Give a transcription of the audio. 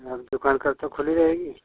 यहाँ पर दुकान कब तक खुली रहेगी